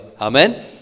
Amen